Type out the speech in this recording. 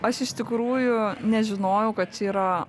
aš iš tikrųjų nežinojau kad čia yra